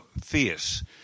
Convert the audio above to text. fierce